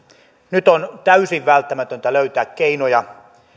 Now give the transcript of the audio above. nyt on täysin välttämätöntä löytää keinoja